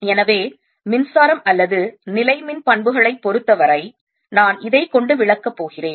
எனவே மின்சாரம் அல்லது நிலைமின்பண்புகளைப் பொறுத்தவரை நான் இதைக்கொண்டு விளக்கப் போகிறேன்